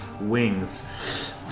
wings